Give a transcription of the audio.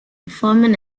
forming